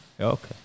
Okay